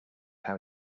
how